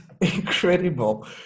incredible